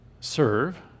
serve